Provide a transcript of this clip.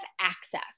access